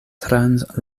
trans